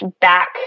back